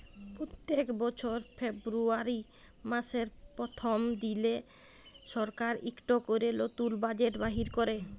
প্যত্তেক বছর ফেরবুয়ারি ম্যাসের পরথম দিলে সরকার ইকট ক্যরে লতুল বাজেট বাইর ক্যরে